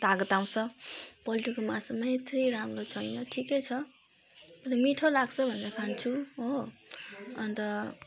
तागत आउँछ पोल्ट्रीको मासुमै चाहिँ राम्रो छैन ठिकै छ अन्त मिठो लाग्छ भनेर खान्छौँ हो अन्त